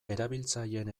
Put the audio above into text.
erabiltzaileen